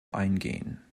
eingehen